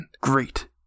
great